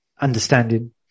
understanding